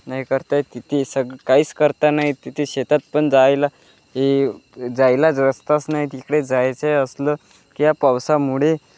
नाही करता येत तिथे सगळं काहीच करता नाही येत तिथे शेतात पण जायला ही जायला रस्ताच नाही तिकडे जायचे असलं की या पावसामुळे